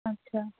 আচ্ছা